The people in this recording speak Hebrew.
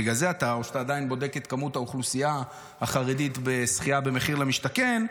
בגלל זה אתה עדיין בודק את כמות האוכלוסייה החרדית בזכייה במחיר למשתכן,